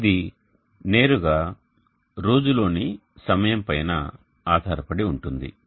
ఇది నేరుగా రోజు లోని సమయం పైన ఆధారపడి ఉంటుంది